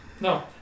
No